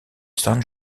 san